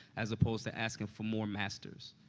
as opposed to asking for more masters.